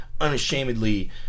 unashamedly